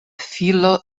filo